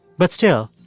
but still,